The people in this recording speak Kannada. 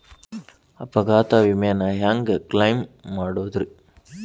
ಅಪಘಾತ ವಿಮೆನ ಹ್ಯಾಂಗ್ ಕ್ಲೈಂ ಮಾಡೋದ್ರಿ?